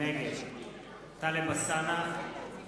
נגד טלב אלסאנע,